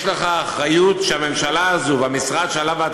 יש לך אחריות שהממשלה הזאת והמשרד שעליו אתה